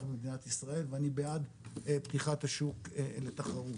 במדינת ישראל ואני בעד פתיחת השוק לתחרות.